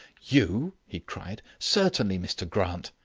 you? he cried certainly, mr grant.